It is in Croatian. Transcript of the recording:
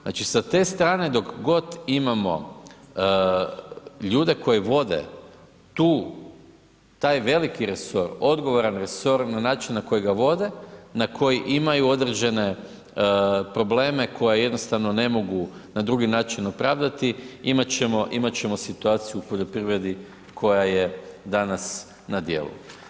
Znači sa te strane, dok god imamo ljude koji vode tu, taj veliki resor odgovoran resor na način na koji ga vode, na koji imaju određene probleme koje jednostavno ne mogu na drugi način opravdati imat ćemo, imat ćemo situaciju u poljoprivredi koja je danas na djelu.